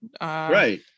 right